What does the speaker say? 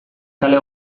kale